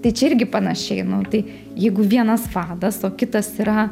tai čia irgi panašiai nu tai jeigu vienas vadas o kitas yra